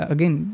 Again